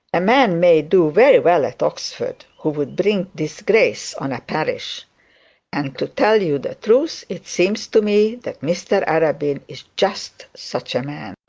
a man may do very well at oxford who would bring disgrace on a parish and, to tell you the truth, it seems to me that mr arabin is just such a man